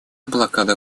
блокада